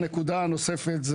נקודה נוספת,